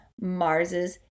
Mars's